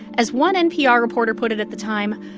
as one npr reporter put it at the time,